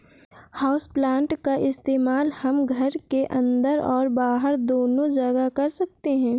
houseplant का इस्तेमाल हम घर के अंदर और बाहर दोनों जगह कर सकते हैं